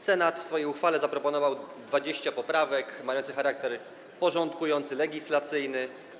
Senat w swojej uchwale zaproponował 20 poprawek mających charakter porządkujący, legislacyjny.